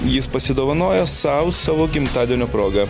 jis pasidovanojo sau savo gimtadienio proga